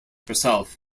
herself